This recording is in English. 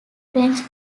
french